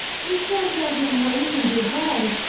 we can't have him lazin' behind,